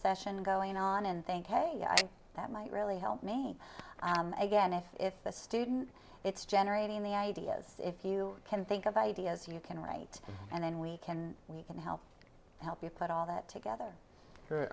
session going on and think hey that might really help me again if the student it's generating the ideas if you can think of ideas you can write and then we can we can help help you put all that together